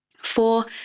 Four